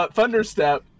Thunderstep